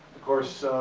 course